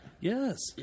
Yes